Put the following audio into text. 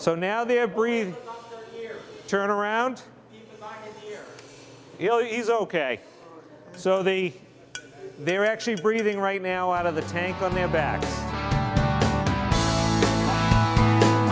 so now they're breathing turn around is ok so they they're actually breathing right now out of the tank on their back